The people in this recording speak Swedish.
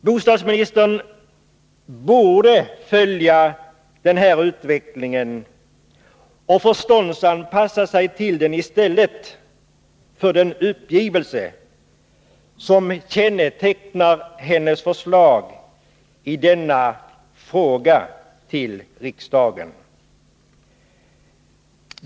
Bostadsministern borde följa den här utvecklingen och förståndsanpassa sig till den i stället för att visa den uppgivelse som kännetecknar hennes förslag i denna fråga till riksdagen.